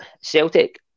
Celtic